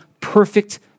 perfect